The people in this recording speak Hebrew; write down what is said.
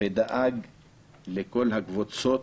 ודאג לכל הקבוצות.